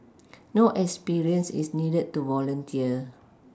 no experience is needed to volunteer